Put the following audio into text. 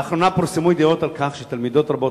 לאחרונה פורסמו ידיעות על כך שתלמידות רבות